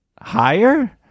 Higher